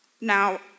Now